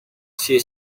she